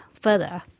further